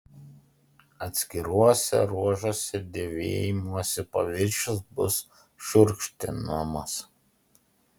atskiruose ruožuose dėvėjimosi paviršius bus šiurkštinamas